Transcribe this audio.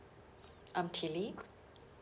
I'm tilly